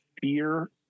fear